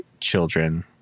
children